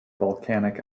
volcanic